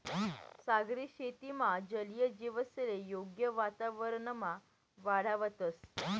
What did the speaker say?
सागरी शेतीमा जलीय जीवसले योग्य वातावरणमा वाढावतंस